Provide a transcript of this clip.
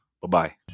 Bye-bye